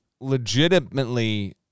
legitimately